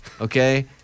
okay